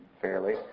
fairly